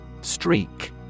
Streak